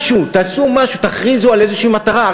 משהו, תעשו משהו, תכריזו על איזושהי מטרה.